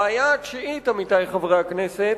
הבעיה התשיעית, עמיתי חברי הכנסת,